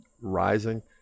rising